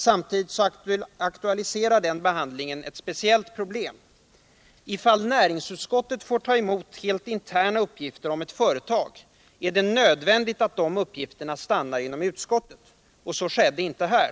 Samtidigt aktualiserar behandlingen ett speciellt problem: ifall näringsutskottet får ta emot helt interna uppgifter om ett företag, är det nödvändigt att dessa uppgifter stannar inom utskottet. Så skedde inte här.